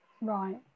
Right